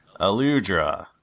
Aludra